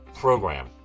program